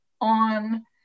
on